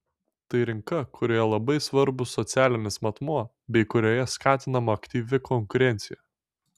tai rinka kurioje labai svarbus socialinis matmuo bei kurioje skatinama aktyvi konkurencija